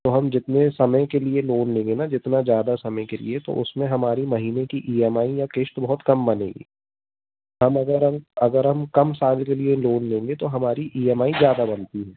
तो हम जितने समय के लिए लोन लेंगे ना जितना ज़्यादा समय के लिए तो उसमें हमारी महीने की ई एम आई या किस्त बहुत कम बनेगी हम अगर हम अगर हम कम साल के लिए लोन लेंगे तो हमारी ई एम आई ज़्यादा बनती है